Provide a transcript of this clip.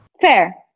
Fair